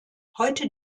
heute